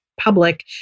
public